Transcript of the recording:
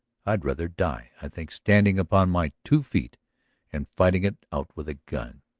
i'd rather die, i think, standing upon my two feet and fighting it out with a gun!